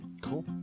Cool